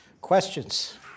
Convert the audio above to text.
Questions